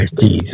Jesus